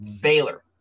Baylor